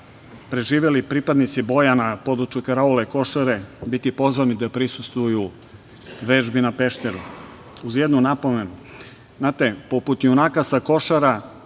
preživeli pripadnici boja na području karaule Košare biti pozvati da prisustvuju vežbi na Pešteru uz jednu napomenu – znate, poput junaka sa Košara